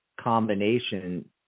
combination